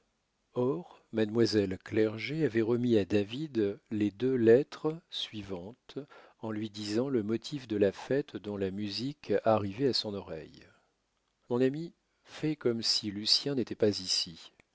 or mademoiselle clerget avait remis à david les deux lettres suivantes en lui disant le motif de la fête dont la musique arrivait à son oreille mon ami fais comme si lucien n'était pas ici